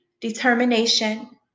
determination